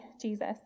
Jesus